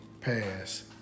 pass